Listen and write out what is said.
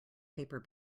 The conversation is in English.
paper